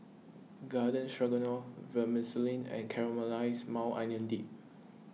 Garden Stroganoff Vermicelli and Caramelized Maui Onion Dip